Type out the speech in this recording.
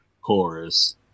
chorus